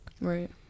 Right